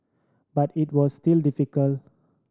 but it was still difficult